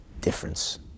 difference